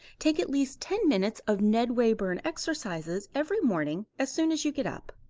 take at least ten minutes of ned wayburn exercises every morning as soon as you get up.